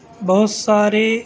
بہت سارے